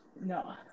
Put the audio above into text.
No